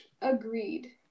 agreed